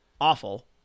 awful